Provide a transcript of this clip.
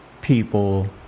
people